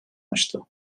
açtı